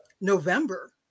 November